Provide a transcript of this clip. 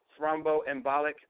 thromboembolic